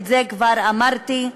את זה כבר אמרתי,